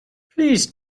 please